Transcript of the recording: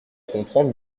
comprendre